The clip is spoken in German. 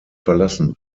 verlassen